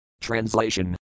Translation